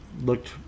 looked